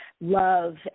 love